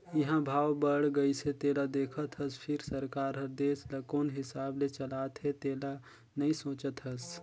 इंहा भाव बड़ गइसे तेला देखत हस फिर सरकार हर देश ल कोन हिसाब ले चलात हे तेला नइ सोचत हस